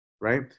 right